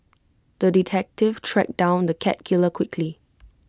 the detective tracked down the cat killer quickly